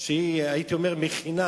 שמכינה